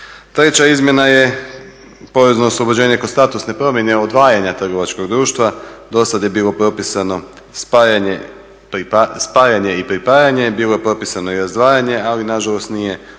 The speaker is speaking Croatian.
Treća izmjena je porezno oslobođenje kod statusne promjene odvajanja trgovačkog društva. Dosad je bilo propisano spajanje i pripajanje, bilo je propisano i razdvajanje, ali nažalost nije